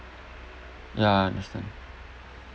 ya I understand